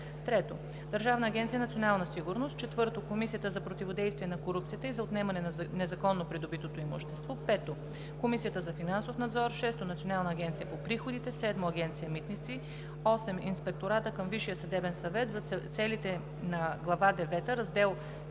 3. Държавна агенция „Национална сигурност“; 4. Комисията за противодействие на корупцията и за отнемане на незаконно придобитото имущество; 5. Комисията за финансов надзор; 6. Националната агенция за приходите; 7. Агенция „Митници“; 8. Инспекторатът към Висшия съдебен съвет за целите на Глава девета, Раздел